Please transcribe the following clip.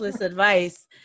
advice